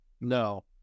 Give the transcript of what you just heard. No